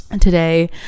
today